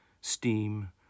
Steam